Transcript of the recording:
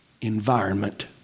environment